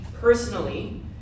personally